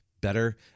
better